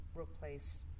replace